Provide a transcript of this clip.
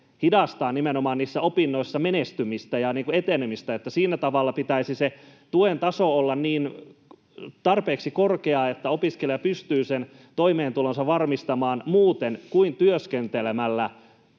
nimenomaan niissä opinnoissa menestymistä ja etenemistä. Eli siinä pitäisi se tuen taso olla tarpeeksi korkea, että opiskelija pystyy sen toimeentulonsa varmistamaan muuten kuin työskentelemällä,